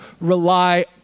rely